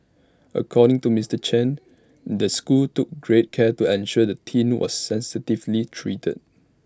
according to Mister Chen the school took great care to ensure the teen was sensitively treated